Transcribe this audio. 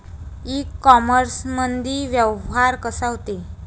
इ कामर्समंदी व्यवहार कसा होते?